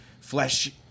flesh